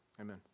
Amen